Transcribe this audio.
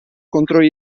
contro